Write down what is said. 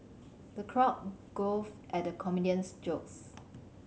the crowd guffaw at comedian's jokes